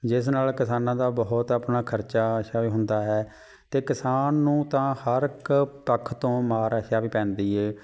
ਜਿਸ ਨਾਲ ਕਿਸਾਨਾਂ ਦਾ ਬਹੁਤ ਆਪਣਾ ਖਰਚਾ ਅੱਛਾ ਵੀ ਹੁੰਦਾ ਹੈ ਅਤੇ ਕਿਸਾਨ ਨੂੰ ਤਾਂ ਹਰ ਇੱਕ ਪੱਖ ਤੋਂ ਮਾਰ ਅੱਛਾ ਵੀ ਪੈਂਦੀ ਹੈ